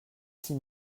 six